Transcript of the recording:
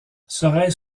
serait